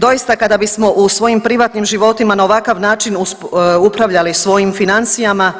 Doista kada bismo u svojim privatnim životima na ovakav način upravljali svojim financijama